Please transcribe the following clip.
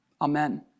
Amen